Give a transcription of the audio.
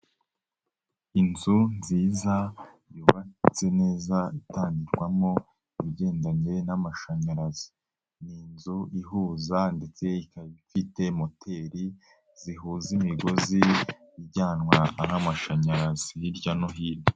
Inzu nziza yubatse neza itangirwakwamo ibigendanye n'amashanyarazi. Ni inzu ihuza ndetse ikaba ifite moteri zihuza imigozi ijyanwa n'amashanyarazi hirya no hino.